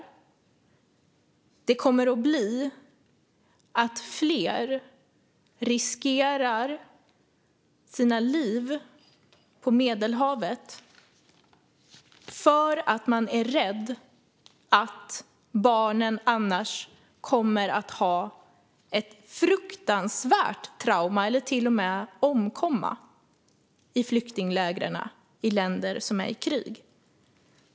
Fler kommer att riskera sina liv på Medelhavet för att man är rädd att barnen annars kommer att ha ett fruktansvärt trauma eller till och med omkomma i flyktinglägren i länder som är i krig.